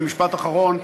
במשפט אחרון,